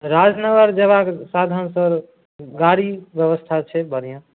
राजनगर जयबाक साधन सर गाड़ीके व्यवस्था छै बढ़िआँ